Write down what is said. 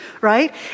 right